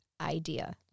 idea